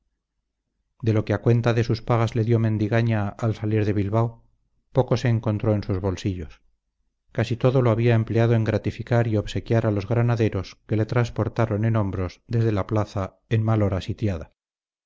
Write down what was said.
de lo que a cuenta de sus pagas le dio mendigaña al salir de bilbao poco se encontró en sus bolsillos casi todo lo había empleado en gratificar y obsequiar a los granaderos que le transportaron en hombros desde la plaza en mal hora sitiada